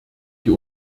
die